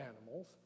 animals